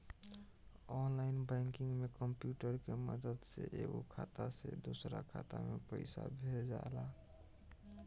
online banking में computer के मदद से एगो खाता से दोसरा खाता में पइसा भेजाला